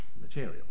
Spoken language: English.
material